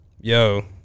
Yo